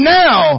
now